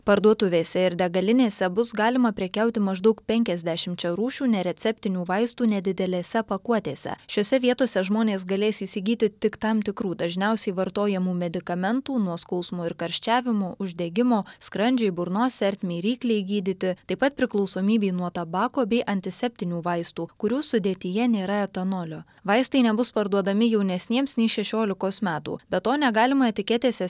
parduotuvėse ir degalinėse bus galima prekiauti maždaug penkiasdešimčia rūšių nereceptinių vaistų nedidelėse pakuotėse šiose vietose žmonės galės įsigyti tik tam tikrų dažniausiai vartojamų medikamentų nuo skausmo ir karščiavimo uždegimo skrandžiui burnos ertmei ryklei gydyti taip pat priklausomybei nuo tabako bei antiseptinių vaistų kurių sudėtyje nėra etanolio vaistai nebus parduodami jaunesniems nei šešiolikos metų be to negalima etiketėse